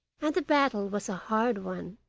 and the battle was a hard one.